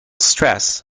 stress